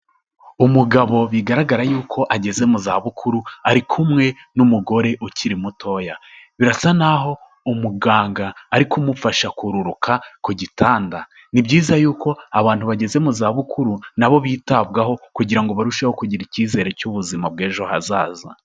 Umugabo bigaragara yuko ageze mu zabukuru ari kumwe n'umugore ukiri mutoya, birasa n'aho umuganga ari kumufasha kururuka ku gitanda, ni byiza yuko abantu bageze mu zabukuru nabo bitabwaho kugira ngo barusheho kugira icyizere cy'ubuzima bw'ejo hazaza.